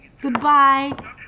Goodbye